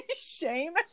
shame